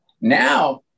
Now